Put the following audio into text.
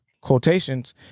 quotations